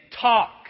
talk